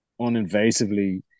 uninvasively